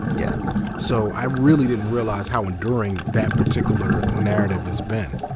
yeah so i really didn't realize how enduring that particular narrative has been.